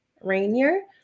Rainier